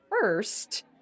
first